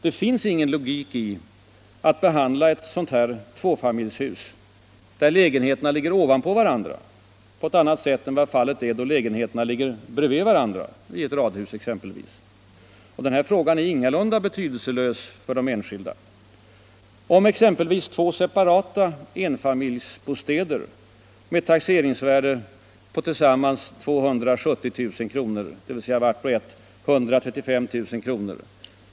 Det finns ingen logik i att behandla ett sådant här tvåfamiljshus, där lägenheterna ligger ovanpå varandra, på ett annat sätt än ett tvåfamiljshus där lägenheterna ligger bredvid varandra, i exempelvis radhus. Den här frågan är ingalunda betydelselös för de enskilda. Om exempelvis två separata enfamiljsbostäder med taxeringsvärde på tillsammans 270 000 kr. — dvs. vart och ett 135 000 kr.